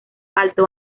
alto